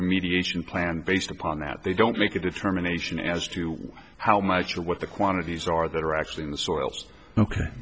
mediation plan based upon that they don't make a determination as to how much or what the quantities are that are actually in the soils ok